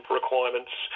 requirements